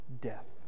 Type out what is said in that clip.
death